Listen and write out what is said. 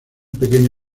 pequeño